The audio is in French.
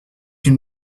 une